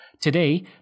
Today